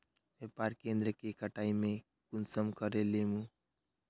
व्यापार केन्द्र के कटाई में कुंसम करे लेमु?